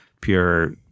pure